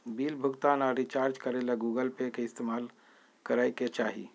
bill भुगतान आर recharge करे ले गूगल पे के इस्तेमाल करय के चाही